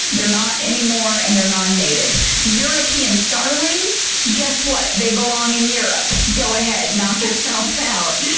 they're not anymore. and they're nonnative. european starlings. guess what? they belong in europe. go ahead. knock yourself out.